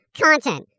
content